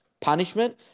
punishment